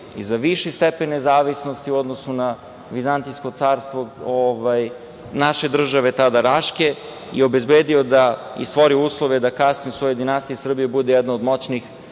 za viši stepen nezavisnosti u odnosu na vizantijsko carstvo naše države tada, Raške, i obezbedio i stvorio uslove da kasnije u svojoj dinastiji Srbija bude jedna od moćnijih